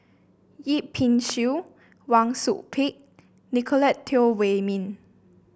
Yip Pin Xiu Wang Sui Pick Nicolette Teo Wei Min